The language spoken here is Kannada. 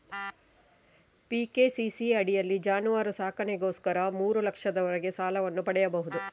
ಪಿ.ಕೆ.ಸಿ.ಸಿ ಅಡಿಯಲ್ಲಿ ಜಾನುವಾರು ಸಾಕಣೆಗೋಸ್ಕರ ಮೂರು ಲಕ್ಷದವರೆಗೆ ಸಾಲವನ್ನು ಪಡೆಯಬಹುದು